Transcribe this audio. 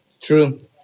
True